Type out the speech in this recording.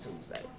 Tuesday